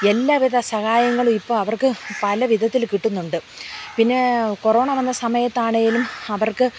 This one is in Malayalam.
എല്ലാവിധ സഹായങ്ങളും ഇപ്പം അവർക്ക് പല വിധത്തിൽ കിട്ടുന്നുണ്ട് പിന്നെ കൊറോണ വന്ന സമയത്താണെങ്കിലും അവർക്ക്